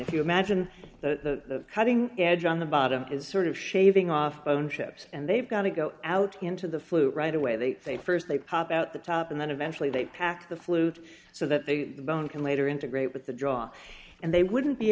if you imagine the cutting edge on the bottom is sort of shaving off bone chips and they've got to go out into the flue right away they say st they pop out the top and then eventually they pack the flute so that they bone can later integrate with the draw and they wouldn't be